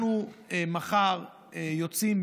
אנחנו מחר יוצאים,